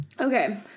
Okay